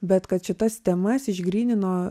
bet kad šitas temas išgrynino